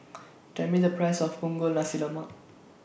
Tell Me The Price of Punggol Nasi Lemak